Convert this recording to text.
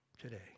today